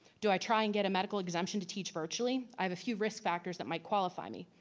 do i try and get a medical exemption to teach virtually? i have a few risk factors that might qualify me,